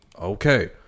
okay